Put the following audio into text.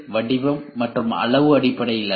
வடிவம் மற்றும் அளவு அடிப்படையில் அல்ல